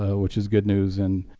which is good news and